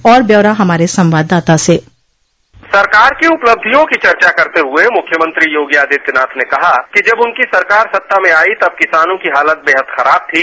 और ब्यौरा हमारे संवाददाता से सरकार की उपलब्धियों की चर्चा करते हुए मुख्यमंत्री योगी आदित्यनाथ ने कहा कि जब उनकी सरकार सत्ता में आई तब किसानों की हालत बेहद खराब थी